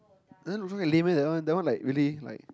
the Nun very lame eh that one that one like really like